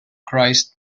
christ